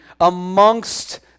amongst